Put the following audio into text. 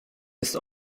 jest